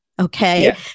Okay